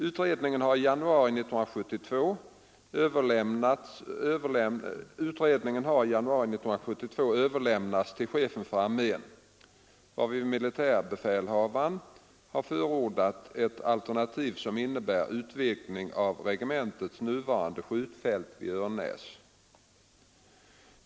Utredningen har i januari 1972 överlämnats till chefen för armén, varvid militärbefälhavaren har förordat ett alternativ som innebär utvidgning av regementets nuvarande skjutfält vid Örnäs.